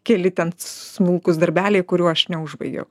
keli ten smulkūs darbeliai kurių aš neužbaigiau